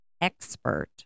expert